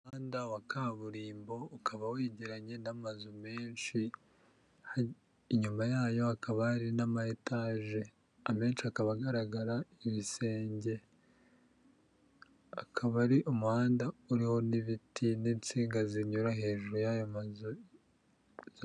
Umuhanda wa kaburimbo ukaba wegeranye n'amazu menshi, inyuma yayo hakaba hari n'ama etaje, amenshi akaba agaragara ibisenge, akaba ari umuhanda uriho n'ibiti n'insinga zinyura hejuru y'ayo mazu.